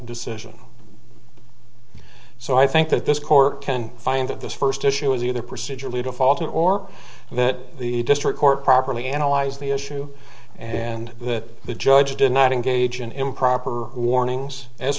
decision so i think that this court can find that this first issue was either procedurally to faulty or that the district court properly analyze the issue and that the judge did not engage in improper warnings as